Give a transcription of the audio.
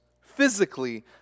physically